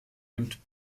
nimmt